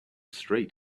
street